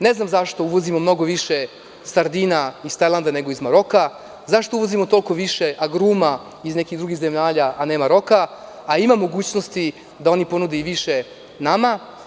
Ne znam zašto uvozimo mnogo više sardina iz Tajlanda, nego iz Maroka, zašto uvozimo mnogo više agruma iz nekih drugih zemalja, a ne Maroka, a ima mogućnosti da oni ponude i više nama.